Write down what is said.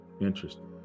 Interesting